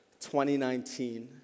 2019